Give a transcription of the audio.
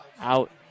out